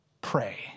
Pray